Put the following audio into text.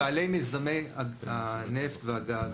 המיזמים האלה נגבים מבעלי מיזמי הנפט והגז.